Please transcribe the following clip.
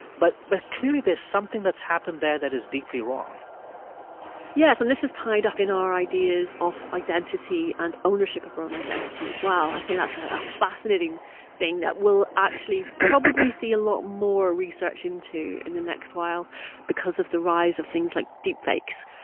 but but clearly, there's something that's happened there that is deeply wrong yes, and this is tied up in our ideas of identity and ownership of our own identity, as well. i think that's ah a fascinating thing that we'll actually probably see a lot more research into in the next while because of the rise of things like deepfakes,